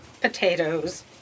potatoes